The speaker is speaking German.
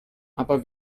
aber